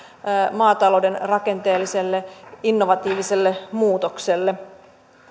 maatalouden rakenteelliselle innovatiiviselle muutokselle